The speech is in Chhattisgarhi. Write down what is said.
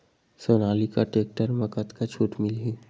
सोनालिका टेक्टर म कतका छूट मिलही?